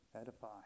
Edify